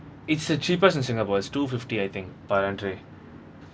it's the cheapest in singapore it's two fifty I think per entry